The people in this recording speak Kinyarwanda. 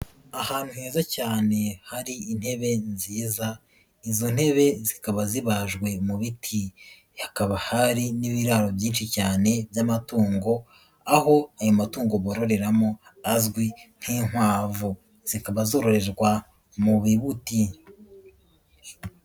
Ahantu heza cyane hari intebe nziza izo ntebe zikaba zibajwe mu biti, hakaba hari n'ibiraro byinshi cyane by'amatungo aho ayo matungo bororeramo azwi nk'inkwavu, zikaba zororerwa mu bibuti.